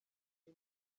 nin